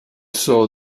saw